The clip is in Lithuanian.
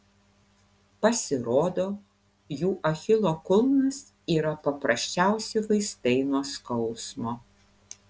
pasirodo jų achilo kulnas yra paprasčiausi vaistai nuo skausmo